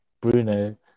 Bruno